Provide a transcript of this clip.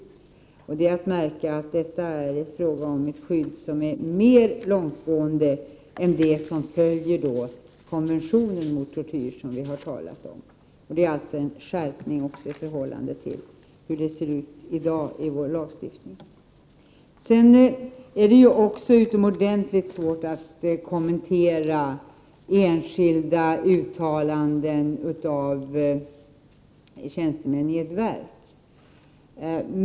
Detta är fråga om ett skydd som är mer långtgående än det som följer konventionen mot tortyr som vi har talat om. Det är alltså en skärpning även i förhållande till hur det ser ut i dag i vår lagstiftning. Det är också utomordentligt svårt att kommentera enskilda uttalanden av tjänstemän i ett verk.